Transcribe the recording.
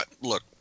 look